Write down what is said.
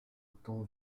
outans